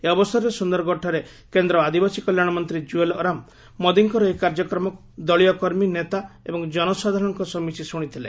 ଏହି ଅବସରେ ସୁନ୍ଦରଗଡ଼ ଠାରେ କେନ୍ଦ୍ ଆଦିବାସୀ କଲ୍ୟାଣ ମନ୍ତୀ ଜୁଏଲ ଓରାମ ମୋଦିଙ୍କର ଏହି କାର୍ଯ୍ୟକ୍ରମକୁ ଦଳୀୟ କର୍ମୀ ନେତା ଏବଂ ଜନସାଧାରଣଙ୍ ସହ ମିଶି ଶୁଣିଥିଲେ